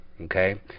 Okay